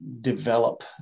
develop